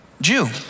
Jew